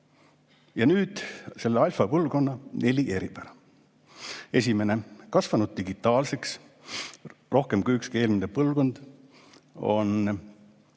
nüüd selle Alfa-põlvkonna neli eripära. Esimene, kasvanud digitaalseks rohkem kui ükski eelmine põlvkond, on